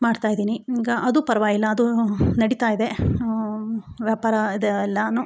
ಮಾಡ್ತಾ ಇದ್ದೀನಿ ಈಗ ಅದು ಪರ್ವಾಗಿಲ್ಲ ಅದು ನಡೀತಾ ಇದೆ ವ್ಯಾಪಾರ ಇದೆ ಎಲ್ಲಾನು